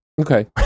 Okay